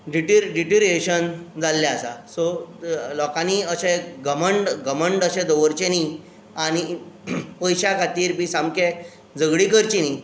डिटीर deterioration जाल्लें आसा सो लोकांनी अशे घमंड घमंड अशे दवरचे न्ही आनी पयशा खताीर बी सामके झगडी करची न्ही